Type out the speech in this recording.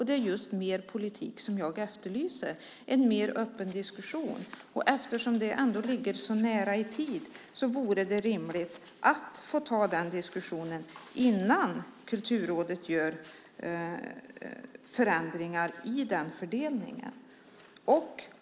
Det är just mer politik som jag efterlyser och en mer öppen diskussion. Eftersom det ändå ligger så nära i tiden vore det rimligt att få ta den diskussionen innan Kulturrådet gör förändringar i fördelningen.